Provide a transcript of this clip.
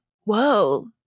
Whoa